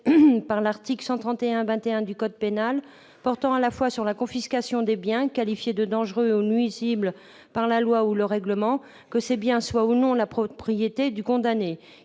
par l'article 131-21 du code pénal, qui porte sur la confiscation des biens qualifiés de dangereux ou nuisibles par la loi ou le règlement, que ces biens soient ou non la propriété du condamné.